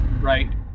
Right